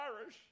Irish